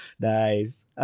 Nice